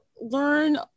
learn